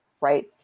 right